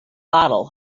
bottle